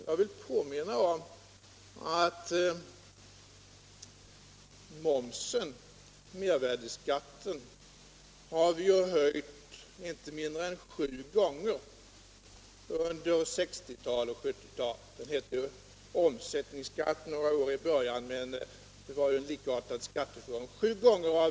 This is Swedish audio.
Jag vill påminna om att mervärdeskatten har höjts inte mindre än sju gånger under 1960 och 1970-talen — den hette under några år i början omsättningsskatt, men det var ju en likartad skatteform.